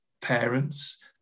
parents